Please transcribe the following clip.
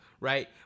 right